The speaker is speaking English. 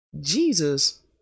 Jesus